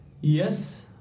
Yes